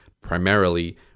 primarily